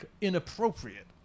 inappropriate